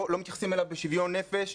שלא מתייחסים לנושא בשוויון נפש.